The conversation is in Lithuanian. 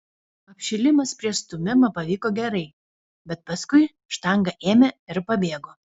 apšilimas prieš stūmimą pavyko gerai bet paskui štanga ėmė ir pabėgo